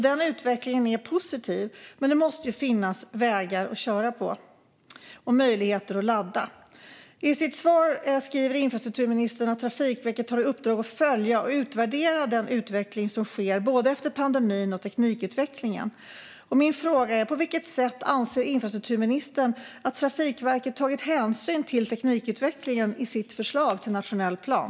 Den utvecklingen är positiv, men det måste finnas vägar att köra på och möjligheter att ladda. I sitt svar anger infrastrukturministern att Trafikverket har i uppdrag att följa och utvärdera den utveckling som sker efter pandemin och teknikutvecklingen. Min fråga är: På vilket sätt anser infrastrukturministern att Trafikverket har tagit hänsyn till teknikutvecklingen i sitt förslag till nationell plan?